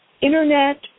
Internet